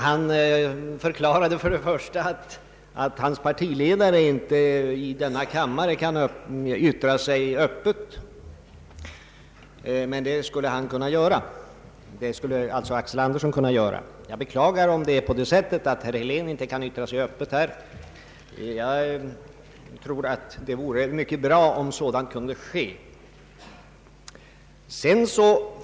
Herr Axel Andersson förklarade först att hans partiledare inte kunde yttra sig öppet i denna kammare men att han själv kunde göra det. Jag beklagar om herr Helén inte kan yttra sig öppet här, det vore bra om han kunde det.